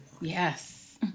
Yes